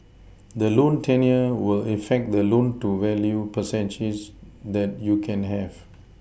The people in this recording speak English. the loan tenure will affect the loan to value percentage that you can have